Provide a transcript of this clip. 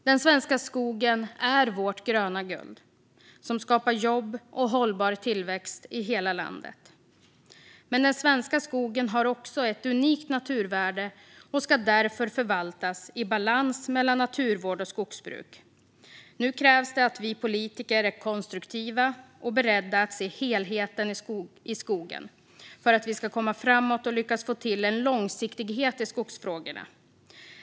Den svenska skogen är vårt gröna guld som skapar jobb och hållbar tillväxt i hela landet. Men den svenska skogen har också ett unikt naturvärde och ska därför förvaltas i balans mellan naturvård och skogsbruk. Nu krävs det att vi politiker är konstruktiva och beredda att se helheten i skogen för att vi ska komma framåt och lyckas få till en långsiktighet i skogsfrågorna.